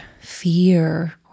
fear